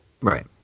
Right